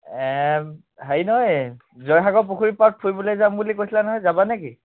হেৰি নহয় জয়সাগৰ পুখুৰীৰ পাৰত ফুৰিবলৈ যাম বুলি কৈছিলা নহয় যাবা নেকি